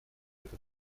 это